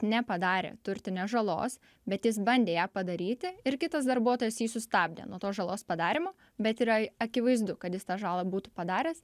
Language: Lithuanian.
nepadarė turtinės žalos bet jis bandė ją padaryti ir kitas darbuotojas jį sustabdė nuo tos žalos padarymo bet yra akivaizdu kad jis tą žalą būtų padaręs